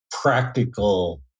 practical